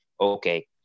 okay